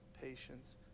patience